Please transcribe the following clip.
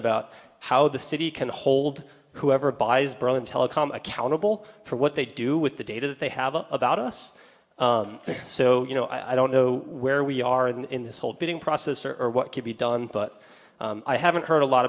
about how the city can hold whoever buys berlin telecom accountable for what they do with the data that they have about us so you know i don't know where we are in this whole bidding process or what could be done but i haven't heard a lot